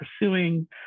pursuing